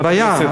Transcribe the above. חברת הכנסת,